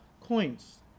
coins